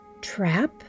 Trap